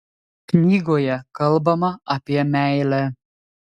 knygoje kalbama apie meilę